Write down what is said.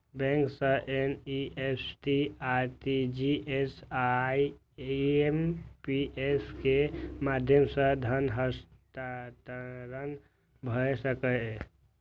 bank सं NEFT, RTGS, IMPS के माध्यम सं धन हस्तांतरण भए सकैए